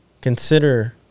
consider